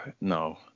No